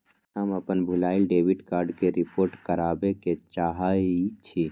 हम अपन भूलायल डेबिट कार्ड के रिपोर्ट करावे के चाहई छी